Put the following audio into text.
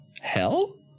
hell